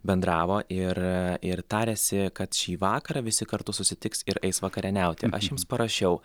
bendravo ir ir tariasi kad šį vakarą visi kartu susitiks ir eis vakarieniauti aš jiems parašiau